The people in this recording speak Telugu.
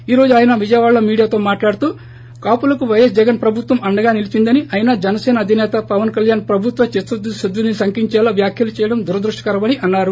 ఈ రోజు ఆయన విజయవాడలో మీడియాతో మాట్లాడుతూ కాపులకు పైఎస్ జగన్ ప్రభుత్వం అండగా నిలిచిందని అయినా జనసేన అధిసేత పవన్ కళ్యాణ్ ప్రభుత్వ చిత్తకుద్దిని శంకించేలా వ్యాఖ్యలు చేయడం దురదృష్టకరమని అన్నారు